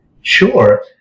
Sure